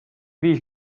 viis